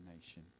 nation